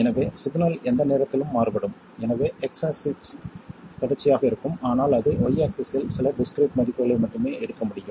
எனவே சிக்னல் எந்த நேரத்திலும் மாறுபடும் எனவே x ஆக்ஸிஸ் தொடர்ச்சியாக இருக்கும் ஆனால் அது y ஆக்ஸிஸ்ஸில் சில டிஸ்க்கிரீட் மதிப்புகளை மட்டுமே எடுக்க முடியும்